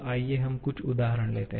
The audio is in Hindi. आइए हम कुछ उदाहरण देखें